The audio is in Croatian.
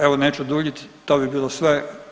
Evo, neću duljiti, to bi bilo sve.